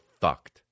fucked